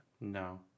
No